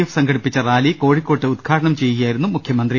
F സംഘടിപ്പിച്ച rally കോഴിക്കോട്ട് ഉദ്ഘാടനം ചെയ്യുകയായി രുന്നു മുഖ്യമന്ത്രി